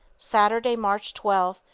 saturday, march twelve,